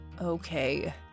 Okay